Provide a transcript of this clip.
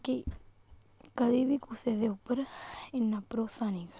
कि कदें बी कुसै दे उप्पर इन्ना भरोसा नेईं करो